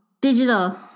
digital